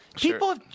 People